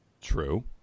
True